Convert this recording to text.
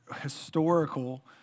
historical